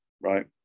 right